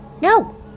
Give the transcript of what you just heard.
No